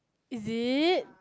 is it